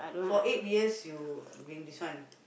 for eight years you been this one